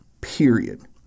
period